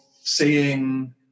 seeing